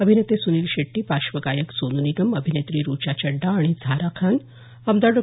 अभिनेते सुनील शेट्टी पार्श्वगायक सोनू निगम अभिनेत्री ऋचा चड्डा आणि झारा खान आमदार डॉ